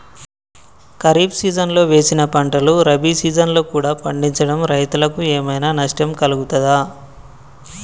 ఖరీఫ్ సీజన్లో వేసిన పంటలు రబీ సీజన్లో కూడా పండించడం రైతులకు ఏమైనా నష్టం కలుగుతదా?